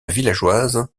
villageoise